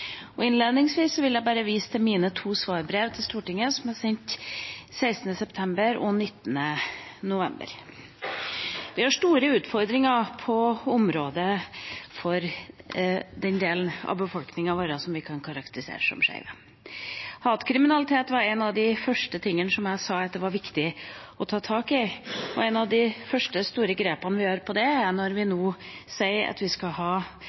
internasjonalt. Innledningsvis vil jeg vise til mine to svarbrev til Stortinget, sendt 16. september og 19. november. Vi har store utfordringer når det gjelder den delen av befolkningen vår som vi kan karakterisere som skeive. Hatkriminalitet var en av de første tingene jeg sa det var viktig å ta tak i. Et av de første store grepene vi gjør, er at vi nå sier at vi skal ha